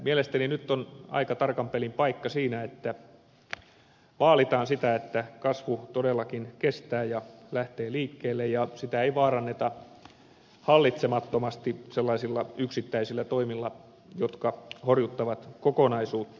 mielestäni nyt on aika tarkan pelin paikka siinä että vaalitaan sitä että kasvu todellakin lähtee liikkeelle ja kestää ja sitä ei vaaranneta hallitsemattomasti sellaisilla yksittäisillä toimilla jotka horjuttavat kokonaisuutta